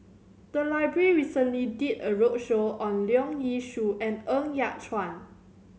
the library recently did a roadshow on Leong Yee Soo and Ng Yat Chuan